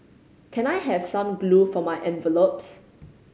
can I have some glue for my envelopes